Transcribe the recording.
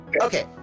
Okay